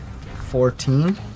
Fourteen